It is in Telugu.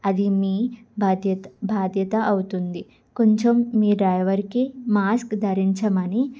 అది మీ బాధ్యత బాధ్యత అవుతుంది కొంచెం మీ డ్రైవర్కి మాస్క్ ధరించమని